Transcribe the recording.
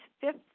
fifth